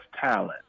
talent